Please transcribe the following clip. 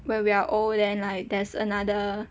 when we are old then like there's another